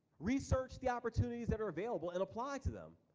research the opportunities that are available and apply to them.